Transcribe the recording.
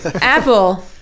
Apple